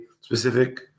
specific